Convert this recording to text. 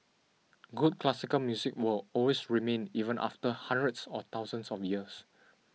good classical music will always remain even after hundreds or thousands of years